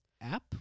app